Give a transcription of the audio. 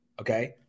okay